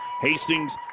Hastings